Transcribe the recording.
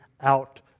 out